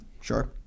Sure